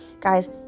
guys